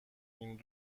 این